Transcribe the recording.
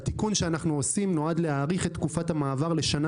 התיקון שאנחנו עושים נועד להאריך את תקופת המעבר לשנה